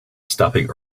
stopping